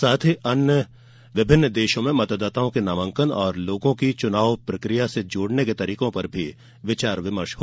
साथ ही विभिन्न देशों में मतदाताओं के नामांकन और लोगों को चुनाव प्रक्रिया से जोड़ने के तरीकों पर भी विचार विमर्श होगा